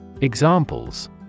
Examples